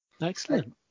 Excellent